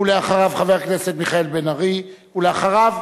ולאחריו, חבר הכנסת מיכאל בן-ארי, ולאחריו,